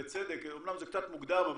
אמנם זה קצת מוקדם,